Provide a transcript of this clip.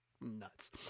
nuts